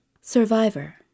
survivor